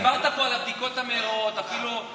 על ריבונות ביו"ש אני מוכן עכשיו להתפשר.